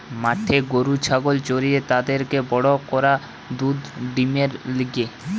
মাঠে গরু ছাগল চরিয়ে তাদেরকে বড় করা দুধ ডিমের লিগে